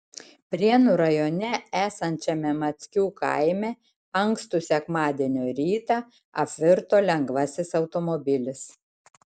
prienų rajone esančiame mackių kaime ankstų sekmadienio rytą apvirto lengvasis automobilis